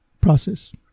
process